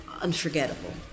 unforgettable